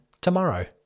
tomorrow